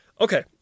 Okay